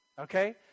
okay